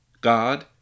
God